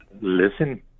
listen